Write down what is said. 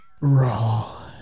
raw